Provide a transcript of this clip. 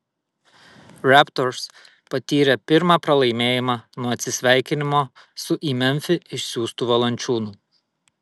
raptors patyrė pirmą pralaimėjimą nuo atsisveikinimo su į memfį išsiųstu valančiūnu